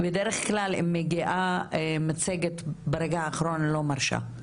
בדרך כלל כשמגיעה מצגת ברגע האחרון אני לא מרשה,